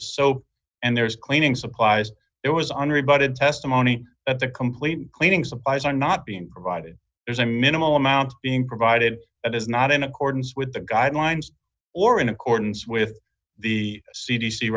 soap and there's cleaning supplies it was under it but had testimony at the complete cleaning supplies are not being provided there's a minimal amount being provided it is not in accordance with the guidelines or in accordance with the c